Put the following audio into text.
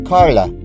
Carla